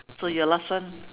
so your last one